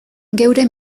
geure